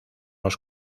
los